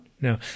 No